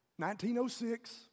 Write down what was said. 1906